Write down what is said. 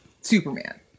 superman